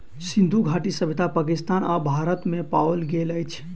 सिंधु घाटी सभ्यता पाकिस्तान आ भारत में पाओल गेल अछि